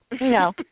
No